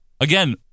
Again